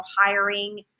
hiring